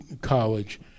college